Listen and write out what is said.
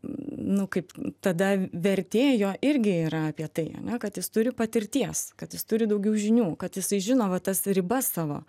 nu kaip tada vertėjo irgi yra apie tai ane kad jis turi patirties kad jis turi daugiau žinių kad jisai žino va tas ribas savo